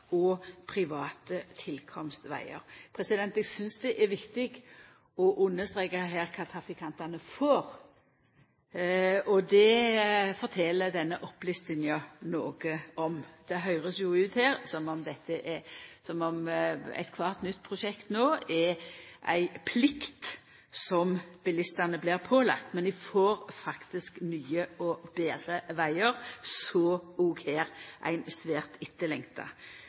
og private tilkomstvegar. Eg synest det er viktig å understreka her kva trafikantane får. Det fortel denne opplistinga noko om. Det høyrest jo ut som om kvart nytt prosjekt no er ei plikt som bilistane blir pålagde, men dei får faktisk nye og betre vegar, så òg her – ein svært etterlengta